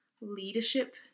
leadership